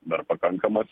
dar pakankamas